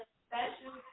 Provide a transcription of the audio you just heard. special